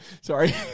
Sorry